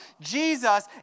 Jesus